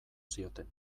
zioten